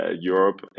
Europe